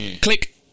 Click